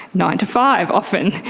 nine to five often.